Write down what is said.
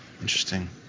Interesting